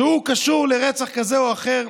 שהוא קשור לרצח כזה או אחר.